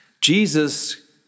Jesus